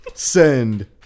Send